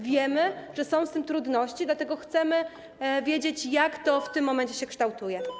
Wiemy, że są z tym trudności, dlatego chcemy wiedzieć, jak to w tym momencie się kształtuje.